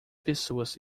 pessoas